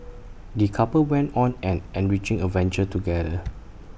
the couple went on an enriching adventure together